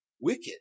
wicked